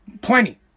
Plenty